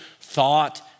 thought